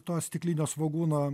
to stiklinio svogūno